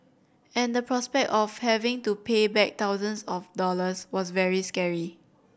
and the prospect of having to pay back thousands of dollars was very scary